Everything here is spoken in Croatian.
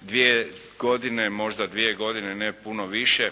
dvije godine, možda dvije godine, ne puno više